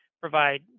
provide